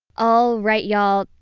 alright y'all.